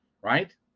right